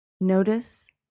Notice